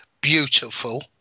beautiful